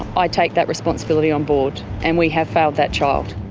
i take that responsibility on board and we have failed that child.